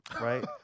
right